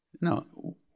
No